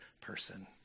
person